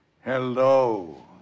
Hello